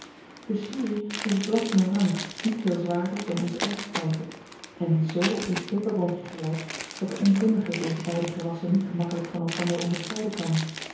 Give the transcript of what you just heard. de sirie is t blad van een rank niet veel zwaarder dan onze erwtenplanten en die z op n peperboompje gelykt dat de onkundige deze beide gewassen niet gemakkelyk van elkander onderscheiden kan